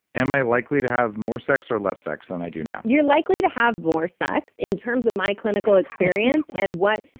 am i likely to have more sex or less sex than i do now? you're likely to have more sex, in terms of my clinical experience, and what.